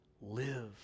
live